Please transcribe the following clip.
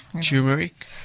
Turmeric